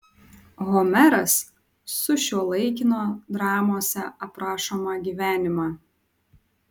homeras sušiuolaikino dramose aprašomą gyvenimą